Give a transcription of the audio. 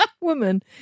Woman